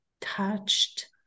touched